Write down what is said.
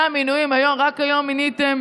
שהמינויים, רק היום מיניתם